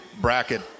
bracket